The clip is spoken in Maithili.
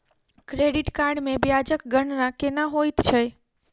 क्रेडिट कार्ड मे ब्याजक गणना केना होइत छैक